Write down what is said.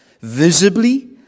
visibly